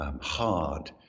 hard